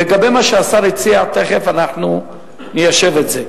לגבי מה שהשר הציע, תיכף אנחנו ניישב את זה.